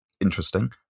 interesting